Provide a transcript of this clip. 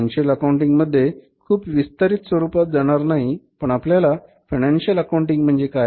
financial accounting मध्ये खूप विस्तारित स्वरूपात जाणार नाही पण आपल्याला फायनान्शिअल अकाउंटिंग म्हणजे काय